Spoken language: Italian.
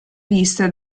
viste